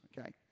okay